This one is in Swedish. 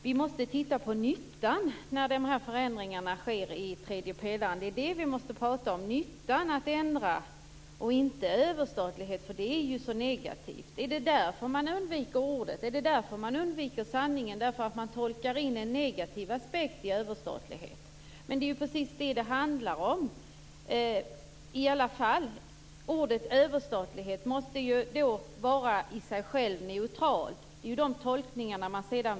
Fru talman! Vi måste se till nyttan när de här förändringarna av tredje pelaren skall ske - inte tala om överstatlighet, för det är ju ett så negativt begrepp. Är anledningen till att man undviker sanningen den att man tolkar in en negativ aspekt i en överstatlighet? Det är dock precis detta som det handlar om. Ordet överstatlighet är i sig självt neutralt, men det kan tolkas på olika sätt.